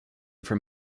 from